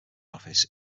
office